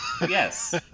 Yes